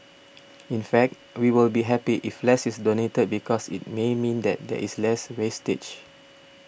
in fact we will be happy if less is donated because it may mean that there is less wastage